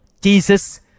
Jesus